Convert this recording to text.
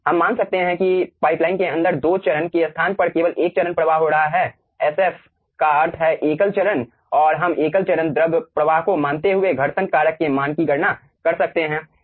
हम मान सकते हैं कि पाइपलाइन के अंदर 2 चरण के स्थान पर केवल एकल चरण प्रवाह हो रहा है एसएफ का अर्थ है एकल चरण और हम एकल चरण द्रव प्रवाह को मानते हुए घर्षण कारक के मान की गणना कर सकते हैं